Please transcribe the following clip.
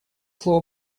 слово